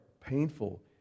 painful